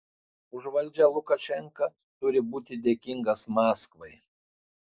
už valdžią lukašenka turi būti dėkingas maskvai